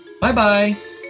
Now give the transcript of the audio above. Bye-bye